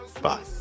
bye